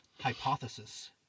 hypothesis